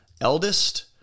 eldest